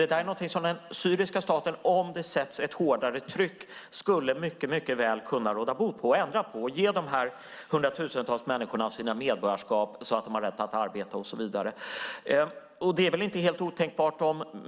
Om det sätts hårdare press på den syriska staten skulle den mycket väl kunna ändra på detta och ge dessa hundratusentals människor medborgarskap så att de får rätt att arbeta och så vidare.